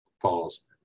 falls